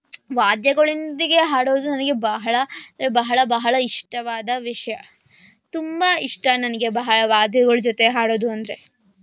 ವಾದ್ಯಗಳೊಂದಿಗೆ ಹಾಡೋದು ನನಗೆ ಬಹಳ ಬಹಳ ಬಹಳ ಇಷ್ಟವಾದ ವಿಷಯ ತುಂಬ ಇಷ್ಟ ನನಗೆ ಬಹಳ ವಾದ್ಯಗಳ ಜೊತೆ ಹಾಡೋದು ಅಂದರೆ